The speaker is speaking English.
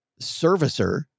servicer